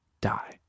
die